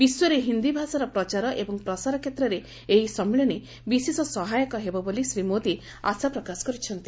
ବିଶ୍ୱରେ ହିନ୍ଦୀଭାଷାର ପ୍ରଚାର ଏବଂ ପ୍ରସାର କ୍ଷେତ୍ରରେ ଏହି ସମ୍ମିଳନୀ ବିଶେଷ ସହାୟକ ହେବ ବୋଲି ଶ୍ରୀ ମୋଦି ଆଶା ପ୍ରକାଶ କରିଛନ୍ତି